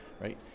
right